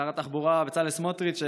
שר התחבורה בצלאל סמוטריץ',